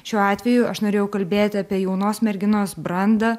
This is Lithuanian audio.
šiuo atveju aš norėjau kalbėti apie jaunos merginos brandą